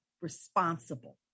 responsible